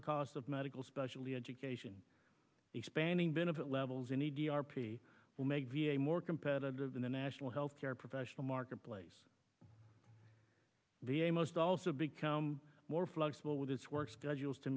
g cost of medical specialty education expanding benefit levels in e d r p will make v a more competitive than the national health care professional marketplace v a most also become more flexible with his work schedules to